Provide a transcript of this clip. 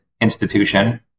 institution